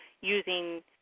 using